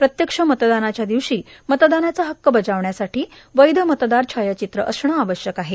प्रत्यक्ष मतदानाच्या दिवशी मतदानाचा हक्क बजावण्यासाठी वैध मतदार छायाचित्र असणे आवश्यक आहे